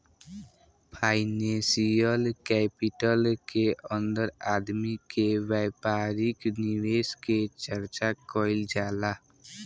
financial capital के अंदर आदमी के व्यापारिक निवेश के चर्चा कईल जाला